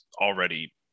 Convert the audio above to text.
already